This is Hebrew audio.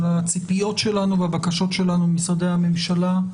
על הציפיות שלנו והבקשות שלנו ממשרדי הממשלה.